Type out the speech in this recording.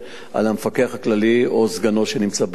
על המפקח הכללי או סגנו שנמצא בארץ.